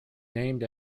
named